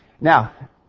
Now